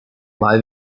live